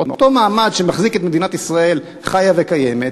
אותו מעמד שמחזיק את מדינת ישראל חיה וקיימת,